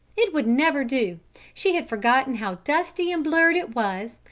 it would never do she had forgotten how dusty and blurred it was,